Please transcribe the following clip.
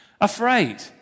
afraid